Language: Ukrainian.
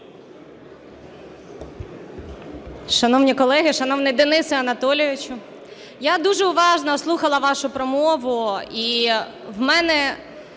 Шановні колеги! Шановний Денисе Анатолійовичу! Я дуже уважно слухала вашу промову, і в мене